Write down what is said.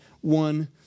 one